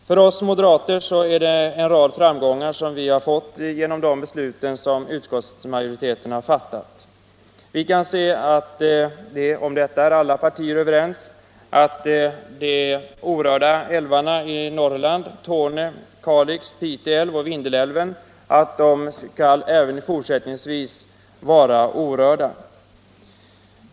För oss moderater innebär de beslut som utskottsmajoriteten fattat att vi vunnit en rad framgångar. Vi kan se att - om detta är alla partier överens — de orörda älvarna i Norrland, alltså Torne älv, Kalix älv, Pite älv och Vindelälven, även fortsättningsvis skall vara orörda.